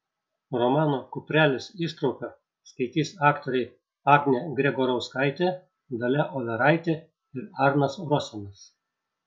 romano kuprelis ištrauką skaitys aktoriai agnė gregorauskaitė dalia overaitė ir arnas rosenas